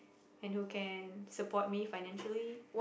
and who can support me financially